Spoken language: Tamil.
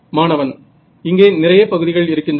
மாணவன் இங்கே நிறைய பகுதிகள் இருக்கின்றன